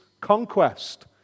conquest